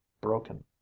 broken